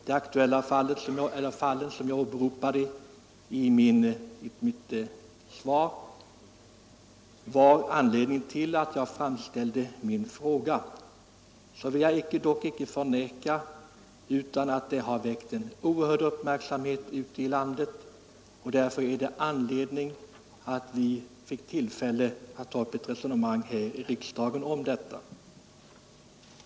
Det fall jag åberopade i mitt anförande var anledningen till att jag framställde min fråga — det har väckt en oerhörd uppmärksamhet ute i landet, och det fanns därför anledning att ta upp ett resonemang här i riksdagen om detta.